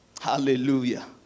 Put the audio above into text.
Hallelujah